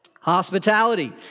Hospitality